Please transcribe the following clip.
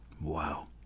Wow